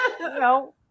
No